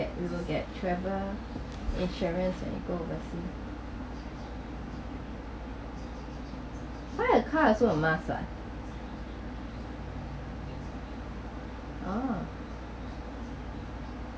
we will get travel insurance when we go oversea buy a car also a must ah oh